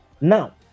Now